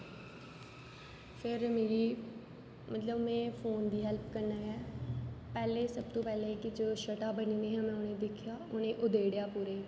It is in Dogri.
फिर मिगी मतलब में फौन दी हैल्प कन्नै गै पैहले सब तू पैहले जो शर्टा बनी दियां हियां में उंनेंगी दिक्खा उंहेगी उधेडे़आ पूरे गी